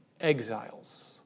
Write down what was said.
exiles